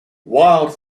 wild